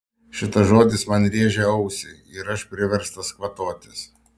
šitas žodis man rėžia ausį ir aš priverstas kvatotis